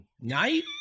night